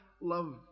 love